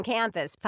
Campus